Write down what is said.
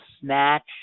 Snatch